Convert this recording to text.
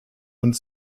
und